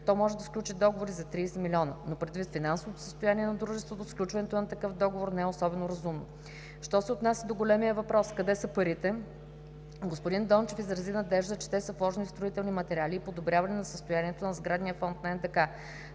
то може да сключи договор и за 30 млн. лв., но предвид финансовото състояние на дружеството сключването на такъв договор не е особено разумно. Що се отнася до големия въпрос – къде са парите, господин Дончев изрази надежда, че те са вложени в строителни материали и подобряване на състоянието на сградния фонд на НДК.